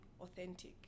authentic